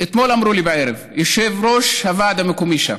אתמול אמרו לי, בערב, יושב-ראש הוועד המקומי שם.